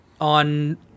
on